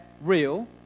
real